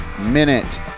Minute